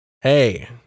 Hey